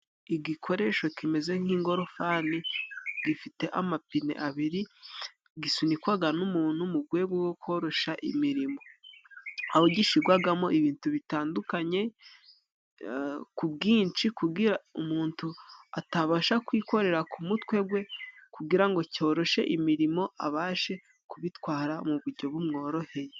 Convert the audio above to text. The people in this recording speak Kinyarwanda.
Igikoresho kimeze nk'ingorofani gifite amapine abiri, gisunikwaga n'umuntu mu gwego rwo korosha imirimo. Aho gishirwagamo ibintu bitandukanye ku bwinshi kugira umuntu atabasha kwikorera ku mutwe gwe kugira ngo cyoroshe imirimo abashe kubitwara mu bujyo bumworoheye.